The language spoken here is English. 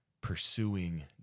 pursuing